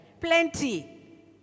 Plenty